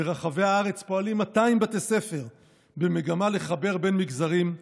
ברחבי הארץ פועלים 200 בתי ספר במגמה לחבר בין מגזרים,